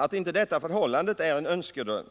Att detta förhållande inte är någon önskedröm